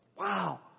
wow